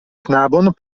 knabon